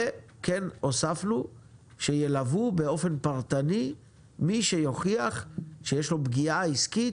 וכן הוספנו שילוו באופן פרטני מי שיוכיח שיש לו פגיעה עסקית,